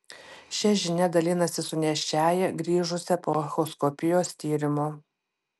šia žinia dalinasi su nėščiąja grįžusia po echoskopijos tyrimo